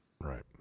Right